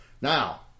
Now